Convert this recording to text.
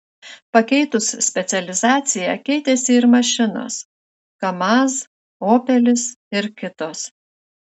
pakeitus specializaciją keitėsi ir mašinos kamaz opelis ir kitos